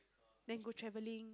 then go travelling